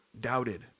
doubted